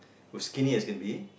was skinny as can be